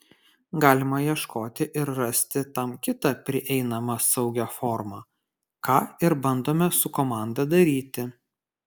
galima ieškoti ir rasti tam kitą prieinamą saugią formą ką ir bandome su komanda daryti